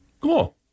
Cool